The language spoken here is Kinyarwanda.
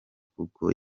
kuko